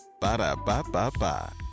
Ba-da-ba-ba-ba